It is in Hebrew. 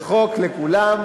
זה חוק לכולם,